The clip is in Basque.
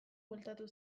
bueltatu